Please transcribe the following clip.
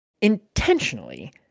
intentionally